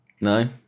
no